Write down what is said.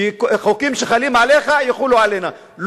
שהחוקים שחלים עליך יחולו עלינו,